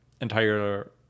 entire